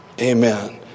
amen